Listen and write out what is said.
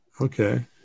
Okay